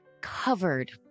covered